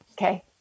Okay